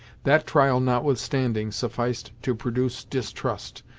that trial, notwithstanding, sufficed to produce distrust,